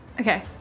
Okay